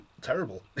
terrible